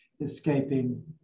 escaping